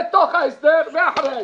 בתוך ההסדר, ואחרי ההסדר.